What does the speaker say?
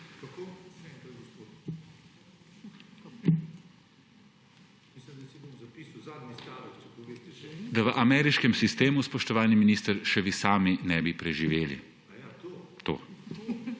Da v ameriškem sistemu, spoštovani minister, še vi sami ne bi preživeli, to.